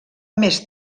més